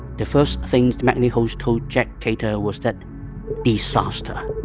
the first thing maclehose told jack cater was that disaster,